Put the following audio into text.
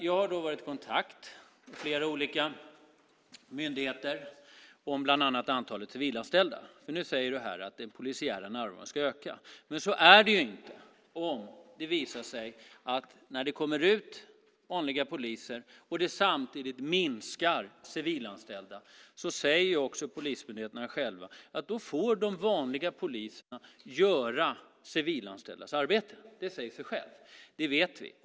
Jag har varit i kontakt med flera olika myndigheter om bland annat antalet civilanställda. Nu säger du här att den polisiära närvaron ska öka. Men så är det inte. När det kommer vanliga poliser men antalet civilanställda samtidigt minskar säger polismyndigheterna själva att de vanliga poliserna får göra civilanställdas arbete. Det säger också sig självt. Det vet vi.